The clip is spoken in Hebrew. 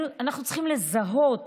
צריכים לזהות